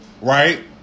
right